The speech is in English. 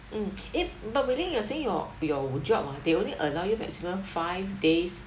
mm eh but wei ling you're saying your your w~ job ah they only allow you maximum five days